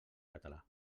català